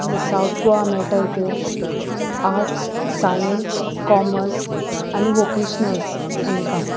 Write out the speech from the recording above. आमगे सावथ गोवा मेळटात ते आर्ट्स सायन्स कॉमर्स आनी वोकेशनल्स हांकां